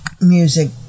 music